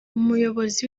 umuyobozi